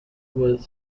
was